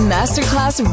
Masterclass